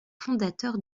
fondateurs